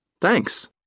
Thanks